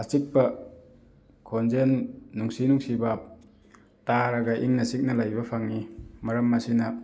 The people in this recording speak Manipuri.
ꯑꯆꯤꯛꯄ ꯈꯣꯟꯖꯦꯜ ꯅꯨꯡꯁꯤ ꯅꯨꯡꯁꯤꯕ ꯇꯥꯔꯒ ꯏꯪꯅ ꯆꯤꯛꯅ ꯂꯩꯕ ꯐꯪꯉꯤ ꯃꯔꯝ ꯑꯁꯤꯅ